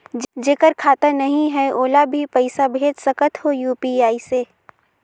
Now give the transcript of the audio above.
जेकर खाता नहीं है ओला भी पइसा भेज सकत हो यू.पी.आई से?